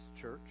church